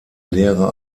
lehre